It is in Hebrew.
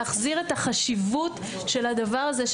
להחזיר את החשיבות של הדבר הזה,